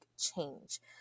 change